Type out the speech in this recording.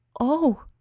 Oh